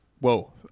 Whoa